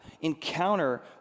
encounter